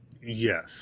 Yes